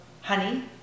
honey